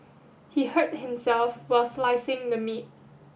he hurt himself while slicing the meat